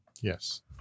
Yes